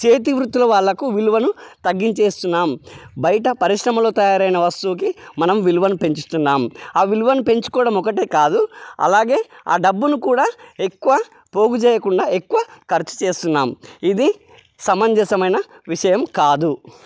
చేతివృత్తుల వాళ్ళకు విలువను తగ్గించి వేస్తున్నాం బయట పరిశ్రమలో తయారైన వస్తువుకి మనం విలువను పెంచుతున్నాం ఆ విలువను పెంచుకోవడం ఒకటే కాదు అలాగే ఆ డబ్బును కూడా ఎక్కువ పోగు చేయకుండా ఎక్కువ ఖర్చు చేస్తున్నాం ఇది సమంజసమైన విషయం కాదు